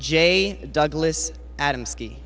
jay douglas adams ski